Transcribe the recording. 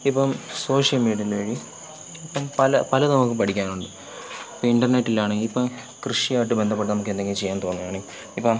ഇപ്പോള് social media വഴി ഇപ്പോള് പല പലതും നമുക്ക് പഠിക്കാനുണ്ട് ഇപ്പോള് ഇൻ്റെർനെറ്റിലാണെങ്കില് ഇപ്പോള് കൃഷിയുമായിട്ട് ബന്ധപ്പെട്ട് നമുക്ക് എന്തെങ്കി ചെയ്യാൻ തോന്നുകയാണെങ്കി ഇപ്പം